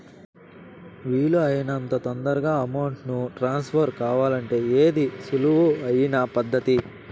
వీలు అయినంత తొందరగా అమౌంట్ ను ట్రాన్స్ఫర్ కావాలంటే ఏది సులువు అయిన పద్దతి